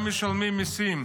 גם משלמים מיסים,